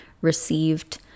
received